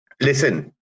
listen